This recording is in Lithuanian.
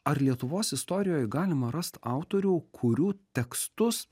ar lietuvos istorijoj galima rast autorių kurių tekstus